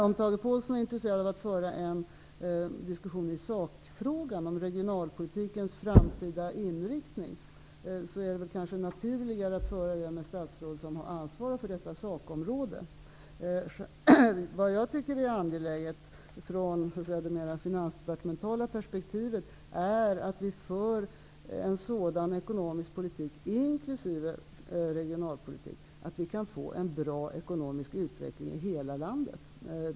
Om Tage Påhlsson är intresserad av att föra en diskussion i sakfrågan, om regionalpolitikens framtida inriktning, är det kanske naturligare att föra den med det statsråd ansvarar för detta sakområde. Ur Finansdepartementets perspektiv tycker jag att det är angeläget att vi för en sådan ekonomisk politik, inkl. regionalpolitik, att vi kan få en bra ekonomisk utveckling i hela landet.